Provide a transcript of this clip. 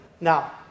Now